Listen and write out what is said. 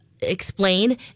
explain